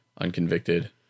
unconvicted